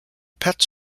pet